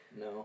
No